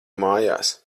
mājās